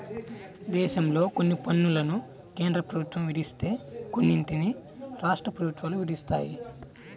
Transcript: దేశంలో కొన్ని పన్నులను కేంద్ర ప్రభుత్వం విధిస్తే కొన్నిటిని రాష్ట్ర ప్రభుత్వాలు విధిస్తాయి